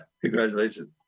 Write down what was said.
congratulations